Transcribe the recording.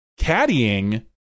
caddying